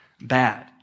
bad